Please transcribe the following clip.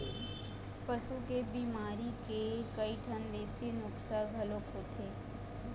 पशु के बिमारी के कइठन देशी नुक्सा घलोक होथे